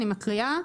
אני מקריאה,